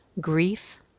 Grief